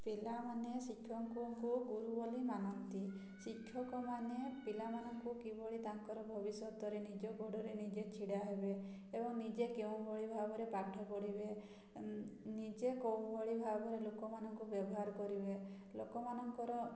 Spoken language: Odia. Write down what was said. ପିଲାମାନେ ଶିକ୍ଷକଙ୍କୁ ଗୁରୁ ବୋଲି ମାନନ୍ତି ଶିକ୍ଷକମାନେ ପିଲାମାନଙ୍କୁ କିଭଳି ତାଙ୍କର ଭବିଷ୍ୟତରେ ନିଜ ଗୋଡ଼ରେ ନିଜେ ଛିଡ଼ା ହେବେ ଏବଂ ନିଜେ କେଉଁଭଳି ଭାବରେ ପାଠ ପଢ଼ିବେ ନିଜେ କେଉଁଭଳି ଭାବରେ ଲୋକମାନଙ୍କୁ ବ୍ୟବହାର କରିବେ ଲୋକମାନଙ୍କର